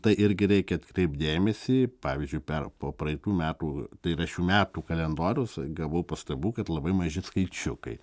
tai irgi reikia atkreipt dėmesį pavyzdžiui per po praeitų metų tai yra šių metų kalendoriaus gavau pastabų kad labai maži skaičiukai